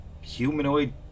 humanoid